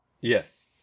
Yes